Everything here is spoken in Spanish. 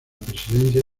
presidencia